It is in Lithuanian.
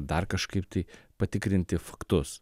dar kažkaip tai patikrinti faktus